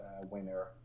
winner